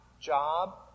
job